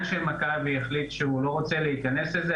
של מכבי החליט שהוא לא רוצה להיכנס לנושא הזה.